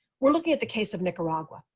we're looking at the case of nicaragua.